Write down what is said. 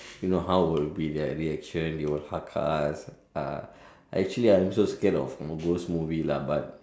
you know how will be their reaction they will hug us uh actually I'm also scared of ghost movie lah but